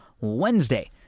Wednesday